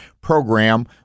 program